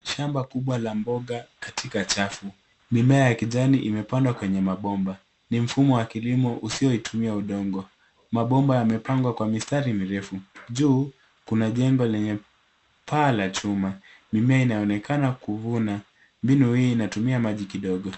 Shamba kubwa la mboga katika chafu. Mimea ya kijani imepandwa kwenye mabomba. Ni mfumo wa kilimo usiotumia udongo. Mabomba yamepangwa kwa mistari mirefu. Juu kuna jengo lenye paa la chuma. Mimea inaonekana kuvuna. Mbinu hii inatumia maji kidogo.